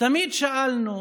תמיד שאלנו: